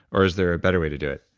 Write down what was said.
or is there a better way to do it?